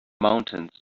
mountains